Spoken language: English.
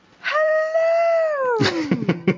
Hello